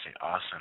awesome